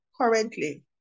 currently